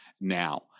now